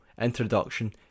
introduction